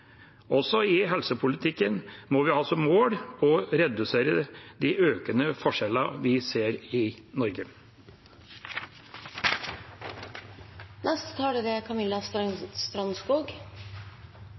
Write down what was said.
Også i helsepolitikken må vi ha som mål å redusere de økende forskjellene vi ser i Norge.